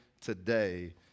today